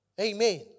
Amen